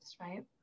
right